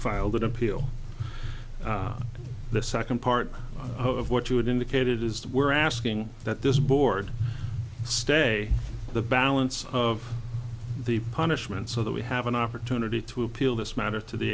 filed an appeal on the second part of what you would indicated is that we're asking that this board stay the balance of the punishment so that we have an opportunity to appeal this matter to the